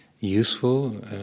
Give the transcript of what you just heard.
useful